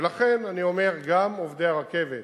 ולכן אני אומר, גם עובדי הרכבת,